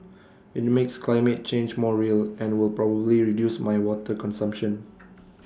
IT makes climate change more real and will probably reduce my water consumption